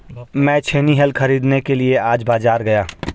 मैं छेनी हल खरीदने के लिए आज बाजार गया